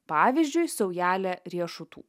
pavyzdžiui saujelė riešutų